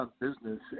business